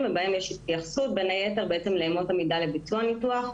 ובהם יש התייחסות בין היתר לאמות המידה לביצוע הניתוח,